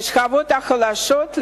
לשכבות החלשות,